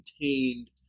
contained